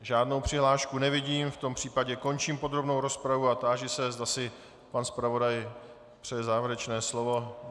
Žádnou přihlášku nevidím, v tom případě končím podrobnou rozpravu a táži se, zda si pan zpravodaj přeje závěrečné slovo.